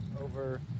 over